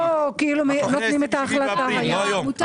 לא כאילו נותנים את ההחלטה היום.